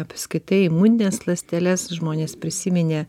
apskritai imunines ląsteles žmonės prisiminė